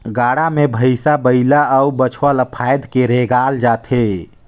गाड़ा मे भइसा बइला अउ बछवा ल फाएद के रेगाल जाथे